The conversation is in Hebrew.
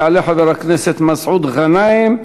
יעלה חבר הכנסת מסעוד גנאים,